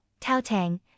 Taotang